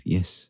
Yes